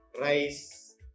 rice